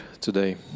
today